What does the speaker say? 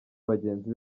bagenzi